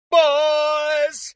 boys